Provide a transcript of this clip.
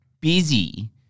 busy